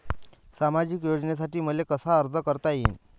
सामाजिक योजनेसाठी मले कसा अर्ज करता येईन?